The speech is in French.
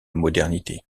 modernité